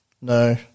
No